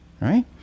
right